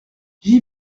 j’y